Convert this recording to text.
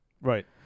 Right